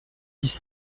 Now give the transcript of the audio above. dix